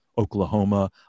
Oklahoma